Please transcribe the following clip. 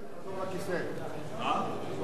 סליחה, אני מבקשת לסכם.